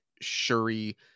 Shuri